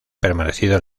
permanecido